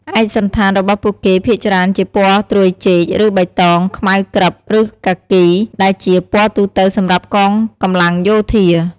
ឯកសណ្ឋានរបស់ពួកគេភាគច្រើនជាពណ៌ត្រួយចេក ឬបៃតងខ្មៅក្រឹប ឬកាគី ដែលជាពណ៌ទូទៅសម្រាប់កងកម្លាំងយោធា។